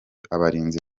abarinzi